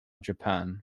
japan